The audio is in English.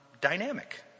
dynamic